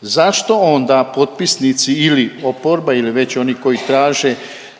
zašto onda potpisnici ili oporba ili već oni koji traže